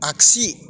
आगसि